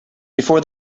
before